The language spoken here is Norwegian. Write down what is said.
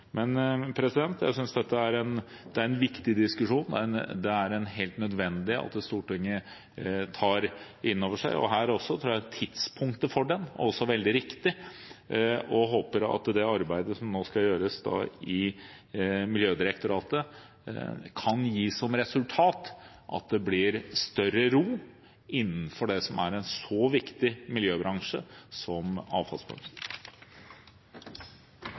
Jeg synes dette er en viktig diskusjon, og det er helt nødvendig at Stortinget tar dette inn over seg. Tidspunktet for den er også veldig riktig, og jeg håper at det arbeidet som nå skal gjøres i Miljødirektoratet, kan gi som resultat at det blir større ro innenfor det som er en så viktig miljøbransje som